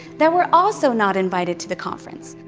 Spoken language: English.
that were also not invited to the conference.